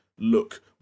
look